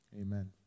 Amen